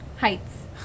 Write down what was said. heights